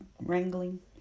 wrangling